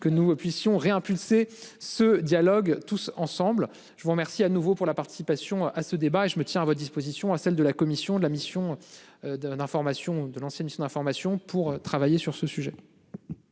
que nous puissions ré-impulser ce dialogue tous ensemble. Je vous remercie à nouveau pour la participation à ce débat et je me tiens à votre disposition à celle de la commission de la mission. D'information de l'ancienne usine